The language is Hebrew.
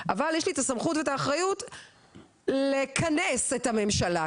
אבל יש לי את הסמכות ואת האחריות לכנס את הממשלה,